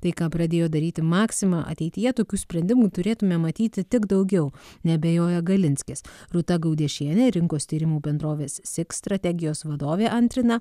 tai ką pradėjo daryti maxima ateityje tokių sprendimų turėtume matyti tik daugiau neabejojo galinskis rūta gaudiešienė rinkos tyrimų bendrovės six strategijos vadovė antrina